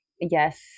Yes